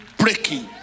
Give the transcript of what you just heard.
breaking